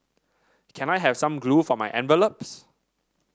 can I have some glue for my envelopes